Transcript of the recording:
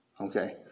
Okay